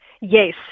Yes